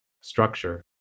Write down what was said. structure